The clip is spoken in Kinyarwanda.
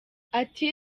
ati